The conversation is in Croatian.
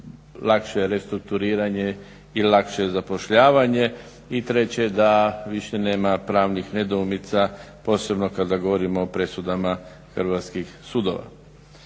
lakše restrukturiranje i lakše zapošljavanje i treće da više nema pravnih nedoumica posebno kada govorimo o presudama hrvatskih sudova.